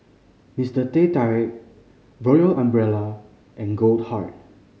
Mister Teh Tarik Royal Umbrella and Goldheart